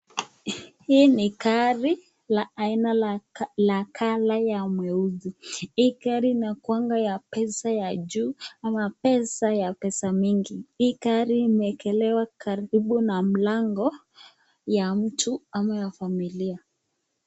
Hii ni gari ya aina ya colour ya mweusi, hii gari inakuanga ya pesa ya juu ya pesa pesa mingi, hii gari imeekelewa karibu na mlango ya mtu ama ya familia.